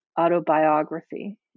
autobiography